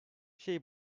şey